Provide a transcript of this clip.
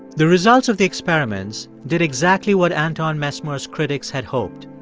the results of the experiments did exactly what anton mesmer's critics had hoped.